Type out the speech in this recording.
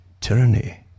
tyranny